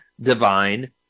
divine